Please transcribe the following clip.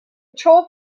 troll